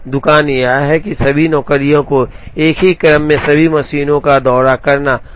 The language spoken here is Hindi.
दुकान यह है कि सभी नौकरियों को एक ही क्रम में सभी मशीनों का दौरा करना होगा